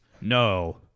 No